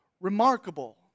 remarkable